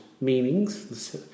meanings